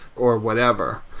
or whatever.